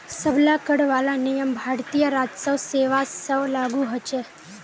सब ला कर वाला नियम भारतीय राजस्व सेवा स्व लागू होछे